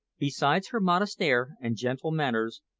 besides her modest air and gentle manners,